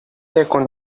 يكن